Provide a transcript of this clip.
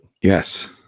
Yes